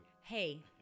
Hey